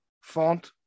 Font